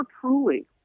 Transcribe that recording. truly